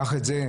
קח את זה,